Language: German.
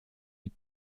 mit